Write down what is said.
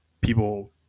people